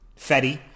Fetty